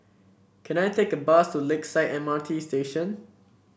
can I take a bus to Lakeside M R T Station